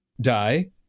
die